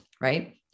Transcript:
right